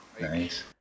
Nice